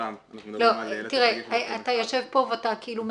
אתה יושב כאן ואתה כאילו מהאו"ם.